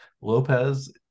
Lopez